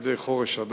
על-ידי הדר חורש,